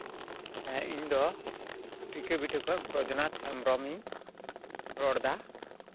ᱦᱮᱸ ᱤᱧᱫᱚ ᱴᱷᱤᱠᱟᱹᱵᱤᱴᱟᱹ ᱠᱷᱚᱱ ᱵᱳᱭᱫᱚᱱᱟᱛᱷ ᱦᱮᱢᱵᱨᱚᱢ ᱤᱧ ᱨᱚᱲ ᱮᱫᱟ